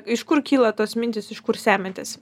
iš kur kyla tos mintys iš kur semiatės